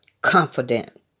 confident